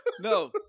No